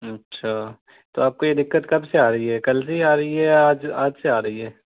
اچھا تو آپ کو یہ دقت کب سے آ رہی ہے کل سے ہی آ رہی ہے یا آج آج سے ہی آ رہی ہے